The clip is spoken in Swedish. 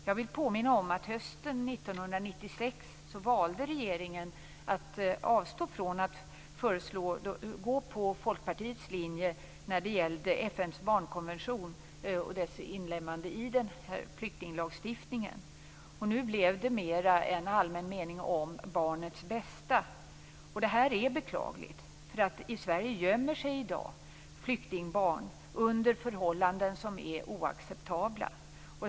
Jag vill påminna om att regeringen hösten 1996 valde att avstå från att gå på Folkpartiets linje beträffande FN:s barnkonvention och dess inlemmande i flyktinglagstiftningen. Nu blev det mera en allmän mening om barnets bästa. Det är beklagligt. I Sverige gömmer sig i dag flyktingbarn under förhållanden som är oacceptabla.